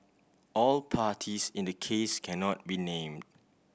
all parties in the case cannot be named